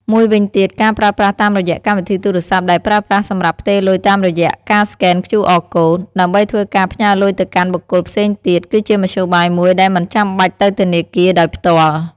មួយវិញទៀតការប្រើប្រាស់តាមរយៈកម្មវិធីទូរស័ព្ទដែលប្រើប្រាស់សម្រាប់ផ្ទេរលុយតាមរយៈការស្កែន QR code ដើម្បីធ្វើការផ្ញើលុយទៅកាន់បុគ្កលផ្សេងទៀត គឺជាមធ្យោបាយមួយដែលមិនចាំបាច់ទៅធនាគារដោយភ្ទាល់។